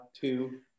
two